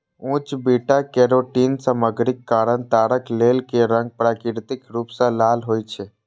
उच्च beta carotene सामग्रीक कारण ताड़क तेल के रंग प्राकृतिक रूप सं लाल होइ छै